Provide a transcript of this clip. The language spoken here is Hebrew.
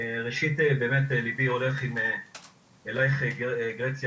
ראשית באמת לבי הולך אלייך גרציה,